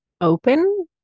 open